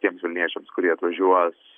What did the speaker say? tiems vilniečiams kurie atvažiuos